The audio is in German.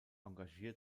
engagiert